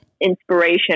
inspiration